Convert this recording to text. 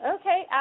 Okay